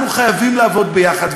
אנחנו חייבים לעבוד יחד.